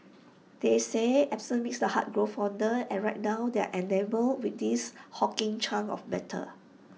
they say absence makes the heart grow fonder and right now we are enamoured with these hulking chunks of metal